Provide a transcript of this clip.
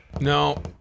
No